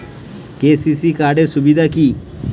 KCC card এর সুবিধা কি?